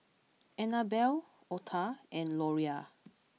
Annabel Otha and Loria